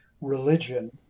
religion